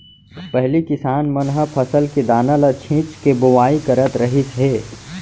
पहिली किसान मन ह फसल के दाना ल छिंच के बोवाई करत रहिस हे